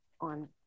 on